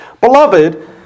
Beloved